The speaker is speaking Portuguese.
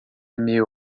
meu